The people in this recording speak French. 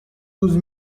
douze